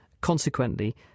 consequently